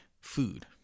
food